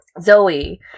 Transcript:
Zoe